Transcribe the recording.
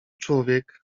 człowiek